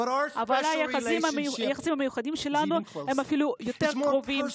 אבל היחסים המיוחדים שלנו הם אפילו קרובים יותר,